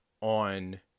on